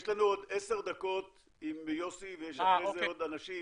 יש לנו עוד עשר דקות עם יוסי ויש אחרי זה עוד אנשים.